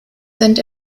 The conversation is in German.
sind